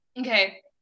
Okay